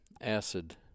acid